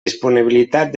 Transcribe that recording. disponibilitat